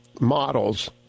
models